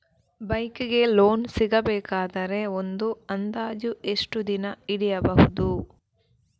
Bike ಗೆ loan ಸಿಗಬೇಕಾದರೆ ಒಂದು ಅಂದಾಜು ಎಷ್ಟು ದಿನ ಹಿಡಿಯಬಹುದು?